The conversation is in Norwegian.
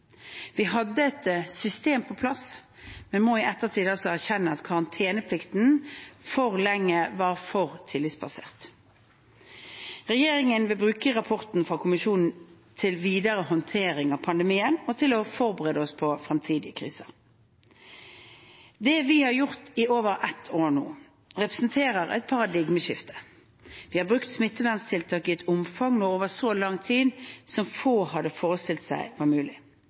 Vi hadde et system på plass, men må i ettertid erkjenne at karanteneplikten for lenge var for tillitsbasert. Regjeringen vil bruke rapporten fra kommisjonen til videre håndtering av pandemien og til å forberede oss for fremtidige kriser. Det vi har gjort i over ett år nå, representerer et paradigmeskifte. Vi har brukt smitteverntiltak i et omfang og over så lang tid som få hadde forestilt seg var mulig.